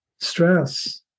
stress